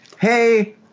hey